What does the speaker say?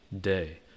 day